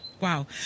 Wow